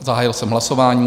Zahájil jsem hlasování.